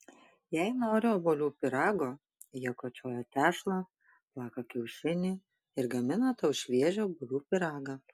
jei nori obuolių pyrago jie kočioja tešlą plaka kiaušinį ir gamina tau šviežią obuolių pyragą